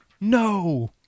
no